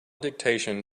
dictation